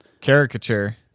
caricature